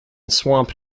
swamp